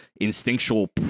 instinctual